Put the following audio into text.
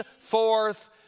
forth